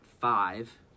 five